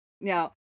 Now